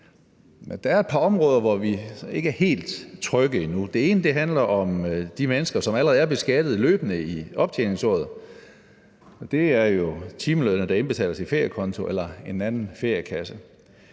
der er et par områder, hvor vi ikke er helt trygge endnu. Det ene handler om de mennesker, som allerede er beskattet løbende i optjeningsåret, og det er jo timelønnede, der indbetaler til feriekonto eller en anden feriekasse.